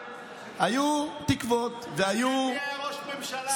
היו תקוות, מעניין מי היה ראש ממשלה.